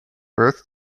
worth